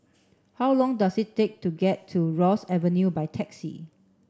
how long does it take to get to Ross Avenue by taxi